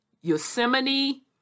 Yosemite